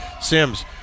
Sims